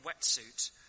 wetsuit